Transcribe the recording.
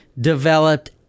developed